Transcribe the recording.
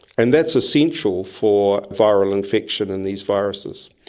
and that's essential for viral infection in these viruses.